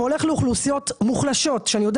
הולך לאוכלוסיות מוחלשות שאני יודע